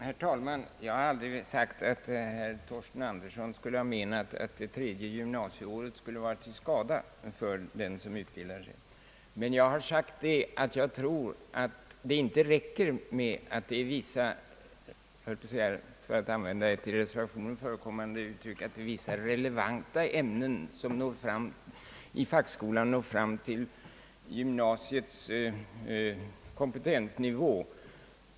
Herr talman! Jag har aldrig sagt att herr Torsten Andersson skulle ha menat, att det tredje gymnasieåret skulle » vara till skada» för den som utbildar sig. Men jag har sagt att jag tror att det inte räcker med att det är vissa — för att använda ett i reservationen förekommande uttryck — »relevanta ämnen» i fackskolan som når fram till gymnasiets kompetensnivå.